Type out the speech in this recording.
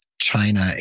China